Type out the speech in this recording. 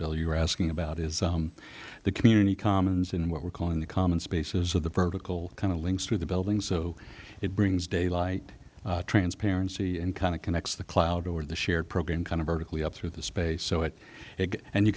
bill you're asking about is the community commons in what we call in the common spaces of the vertical kind of links to the building so it brings daylight transparency and kind of connects the cloud or the shared program kind of vertically up through the space so it it and you